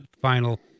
final